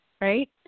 Right